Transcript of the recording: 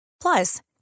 Plus